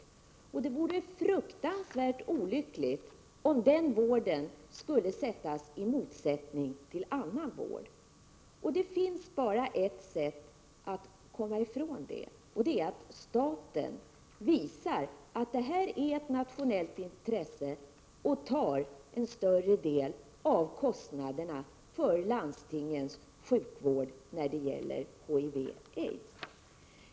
Och det vore fruktansvärt olyckligt om den vården skulle ställas i motsättning till annan vård. Det finns bara ett sätt att komma ifrån detta, och det är att staten visar att detta är ett nationellt intresse och tar en större del av kostnaderna för landstingens sjukvård när det gäller HIV och aids.